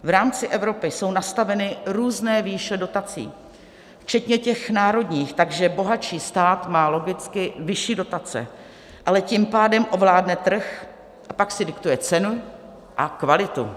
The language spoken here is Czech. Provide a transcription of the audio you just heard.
V rámci Evropy jsou nastaveny různé výše dotací včetně těch národních, takže bohatší stát má logicky vyšší dotace, ale tím pádem ovládne trh a pak si diktuje cenu a kvalitu.